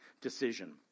decision